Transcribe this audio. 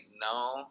no